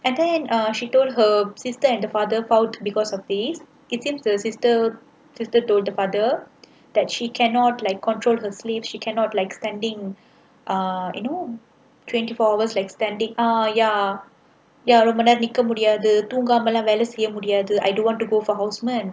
and then err she told her sister and father vote because of these it seems the sister sister told the father that she cannot like control her sleeves she cannot like standing uh you know twenty four hours like standing ah ya ya ரொம்ப நேரம் நிக்க முடியாது தூங்காமலாம் வேல செய்ய முடியாது:romba neram nikka mudiyaathu thoongaamalaam vela seiya mudiyaathu I don't want to go for houseman